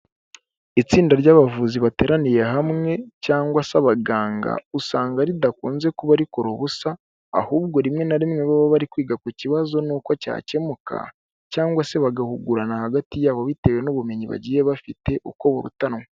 Itsinda ry'abavuzi bateraniye hamwe cyangwa se abaganga, usanga ridakunze kuba rikora ubusa ahubwo rimwe na rimwe baba bari kwiga ku kibazo n'uko cyakemuka cyangwa se bagahugurana hagati yabo bitewe n'ubumenyi bagiye bafite uko burutanwa.